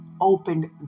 opened